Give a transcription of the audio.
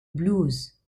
blues